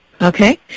Okay